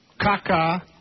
Caca